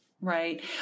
Right